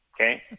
Okay